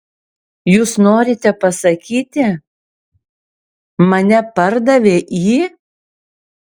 jūs norite pasakyti mane pardavė į